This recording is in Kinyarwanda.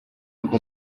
uko